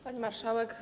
Pani Marszałek!